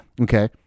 Okay